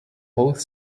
both